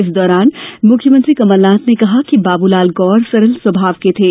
इस दौरान मुख्यमंत्री कमलनाथ ने कहा कि बाबूलाल गौर सरल स्वभाव के थे